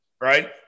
right